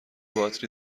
باتری